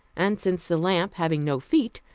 and since the lamp, having no feet,